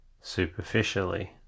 superficially